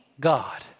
God